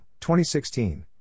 2016